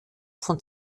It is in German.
von